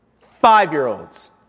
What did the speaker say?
Five-year-olds